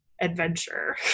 adventure